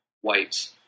white